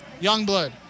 Youngblood